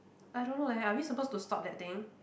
I don't know leh are we supposed to stop that thing